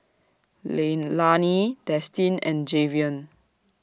Leilani Destin and Jayvion